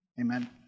Amen